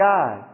God